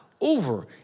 over